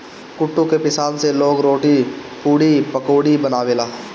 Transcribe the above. कुटू के पिसान से लोग रोटी, पुड़ी, पकउड़ी बनावेला